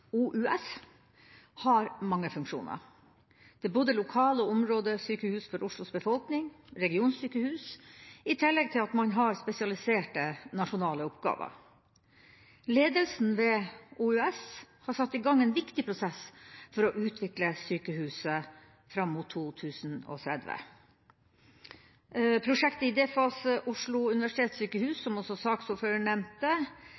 OUS, har mange funksjoner. Det er både lokal- og områdesykehus for Oslos befolkning og regionsykehus – i tillegg til at man har spesialiserte nasjonale oppgaver. Ledelsen ved OUS har satt i gang en viktig prosess for å utvikle sykehuset fram mot 2030. Prosjektet Idéfase Oslo universitetssykehus, som også saksordføreren nevnte,